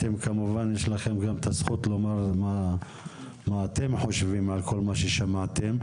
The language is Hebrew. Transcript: אתם כמובן יש לכם את הזכות לומר מה אתם חושבים על כל מה ששמעתם,